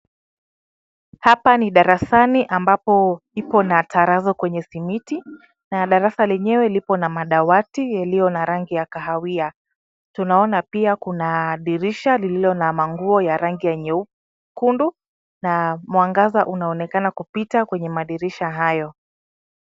Hapa ni darasani ambapo ipo na tarazo kwenye simiti na darasa lenyewe lipo na madawati yaliyo na rangi ya kahawia. Tunaona pia kuna dirisha lililo na manguo ya rangi ya nyekundu na mwangaza unaonekana kupita kwenye madirisha hayo.